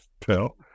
tell